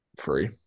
Free